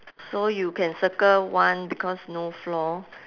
so you can circle one because no floor